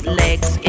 legs